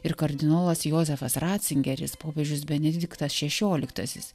ir kardinolas jozefas ratzingeris popiežius benediktas šešioliktasis